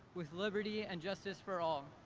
with liberty and justice for all.